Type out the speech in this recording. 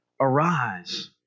arise